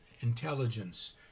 intelligence